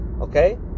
okay